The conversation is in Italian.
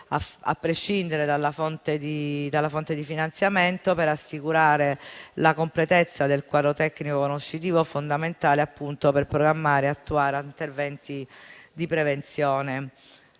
a prescindere dalla fonte di finanziamento, per assicurare la completezza del quadro tecnico-conoscitivo, fondamentale per programmare e attuare interventi di prevenzione.